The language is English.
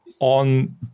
On